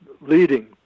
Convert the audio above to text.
leading